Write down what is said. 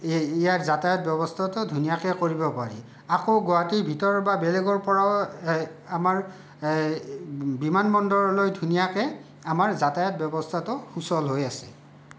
এই ইয়াৰ যাতায়ত ব্যৱস্থাটো ধুনীয়াকে কৰিব পাৰি আকৌ গুৱাহাটীৰ ভিতৰৰ বা বেলেগৰ পৰাও এই আমাৰ বিমানবন্দৰলৈ ধুনীয়াকে আমাৰ যাতায়ত ব্যৱস্থাটো সুচল হৈ আছে